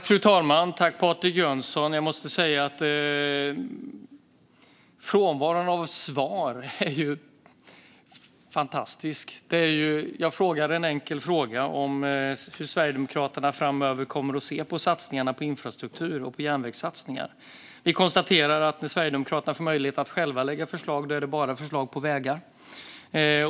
Fru talman! Jag måste säga att frånvaron av svar är fantastisk. Jag ställde en enkel fråga om hur Sverigedemokraterna framöver kommer att se på infrastruktursatsningarna och på järnvägssatsningar. Vi kan konstatera att det när Sverigedemokraterna får möjlighet att själva lägga fram förslag bara kommer förslag på vägar.